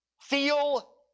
feel